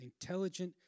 intelligent